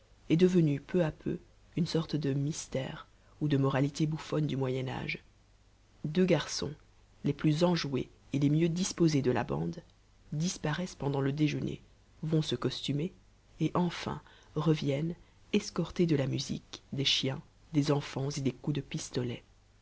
est devenue peu à peu une sorte de mystère ou de moralité bouffonne du moyen âge deux garçons les plus enjoués et les mieux disposés de la bande disparaissent pendant le déjeuner vont se costumer et enfin reviennent escortés de la musique des chiens des enfants et des coups de pistolet